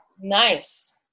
Nice